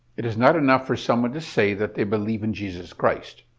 it is not enough for someone to say that they believe in jesus christ.